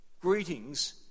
greetings